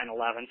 9-11